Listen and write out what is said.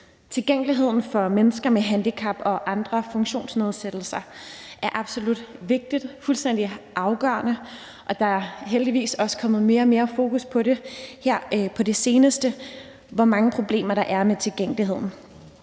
Tilgængelighed for mennesker med handicap og andre funktionsnedsættelser er absolut vigtigt og fuldstændig afgørende, og der er på det seneste heldigvis også kommet mere og mere fokus på, hvor mange problemer der er med tilgængeligheden.